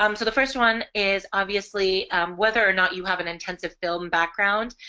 um so the first one is obviously whether or not you have an intensive film background.